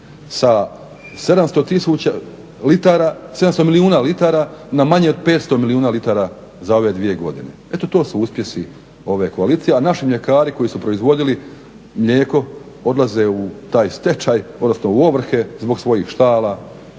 sa 700 milijuna litara na manje od 500 milijuna litara za ove dvije godine. Eto to su uspjesi ove koalicije a naši mljekari koji su proizvodili mlijeko odlaze u taj stečaj odnosno u ovrhe zbog svojih štala,